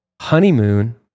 honeymoon